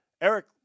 Eric